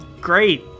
great